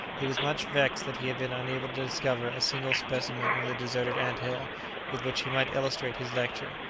he was much vexed that he had been unable to discover a single specimen in the deserted anthill with which he might illustrate his lecture,